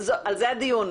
היתר.